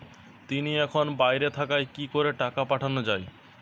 তিনি এখন বাইরে থাকায় কি করে টাকা পাঠানো য়ায়?